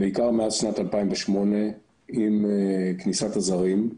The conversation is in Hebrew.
בעיקר מאז שנת 2008 עם כניסת הזרים.